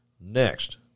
Next